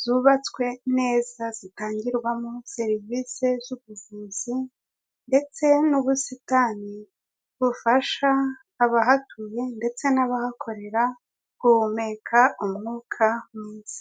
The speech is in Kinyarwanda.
zubatswe neza zitangirwamo serivisi z'ubuvuzi ndetse n'ubusitani bufasha abahatuye ndetse n'abahakorera guhumeka umwuka mwiza.